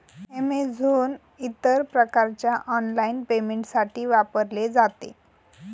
Amazon इतर प्रकारच्या online पेमेंटसाठी वापरले जाते